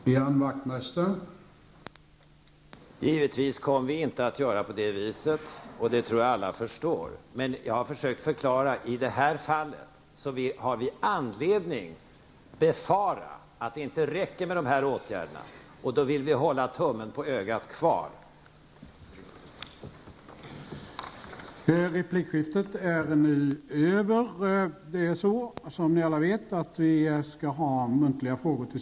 Herr talman! Givetvis kommer vi inte att göra på det viset, något som jag tror att alla förstår. Jag har försökt förklara att vi i detta fall har anledning att befara att det inte räcker med de föreslagna åtgärderna. Därför vill vi hålla kvar tummen på ögat på de berörda.